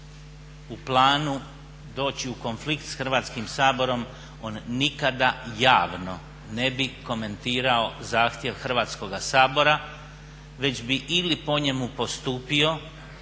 u planu doći u konflikt s Hrvatskim saborom on nikada javno ne bi komentirao zahtjev Hrvatskoga sabora već bi ili po njemu postupio